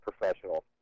professional